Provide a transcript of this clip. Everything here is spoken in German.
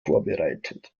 vorbereitet